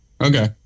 Okay